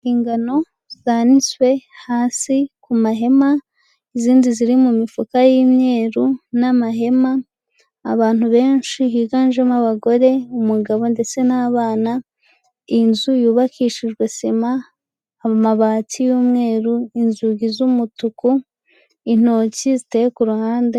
Ingano zanitswe hasi ku mahema, izindi ziri mu mifuka y'imyeru n'amahema, abantu benshi higanjemo abagore, umugabo ndetse n'abana, inzu yubakishijwe sima, amabati y'umweru inzugi z'umutuku, intoki ziteye ku ruhande.